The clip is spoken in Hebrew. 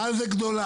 מה זה גדולה?